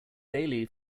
daily